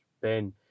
Ben